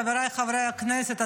חבריי חברי הכנסת,